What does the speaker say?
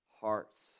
hearts